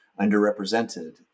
underrepresented